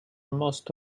most